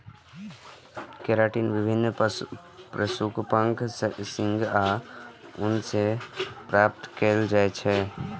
keratin विभिन्न पशुक पंख, सींग आ ऊन सं प्राप्त कैल जाइ छै